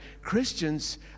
Christians